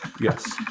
Yes